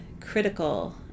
critical